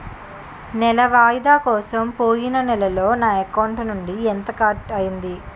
నెల వాయిదా కోసం పోయిన నెలలో నా అకౌంట్ నుండి ఎంత కట్ అయ్యింది?